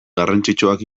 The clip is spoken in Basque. garrantzitsuak